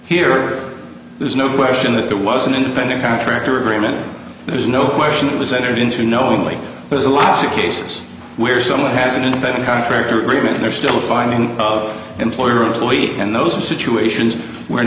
here there's no question that there was an independent contractor agreement there's no question it was entered into knowingly as a lots of cases where someone has an independent contractor agreement or they're still finding employer employee and those are situations where